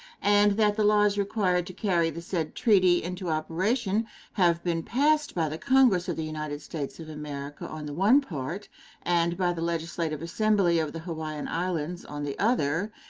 and that the laws required to carry the said treaty into operation have been passed by the congress of the united states of america on the one part and by the legislative assembly of the hawaiian islands on the other,